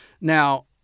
Now